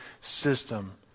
system